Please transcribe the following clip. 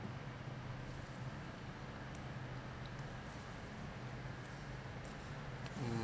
mm